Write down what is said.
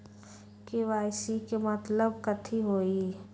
KYC के मतलब कथी होई?